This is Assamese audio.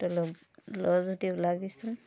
তই ল ল যদি ওলাবিচোন